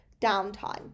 downtime